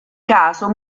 caso